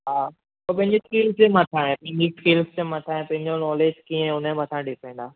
हा सभिनि जी स्किल बि मथा आहे पंहिंजी स्किल जे मथां आहे पंहिंजो नॉलेज कीअं उनजे मथा ॾिसंदा